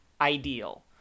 ideal